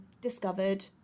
discovered